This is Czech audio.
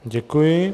Děkuji.